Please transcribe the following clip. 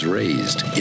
raised